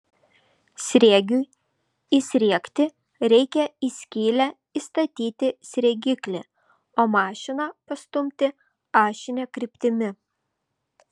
sriegiui įsriegti reikia į skylę įstatyti sriegiklį o mašiną pastumti ašine kryptimi